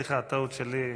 סליחה, טעות שלי.